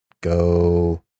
go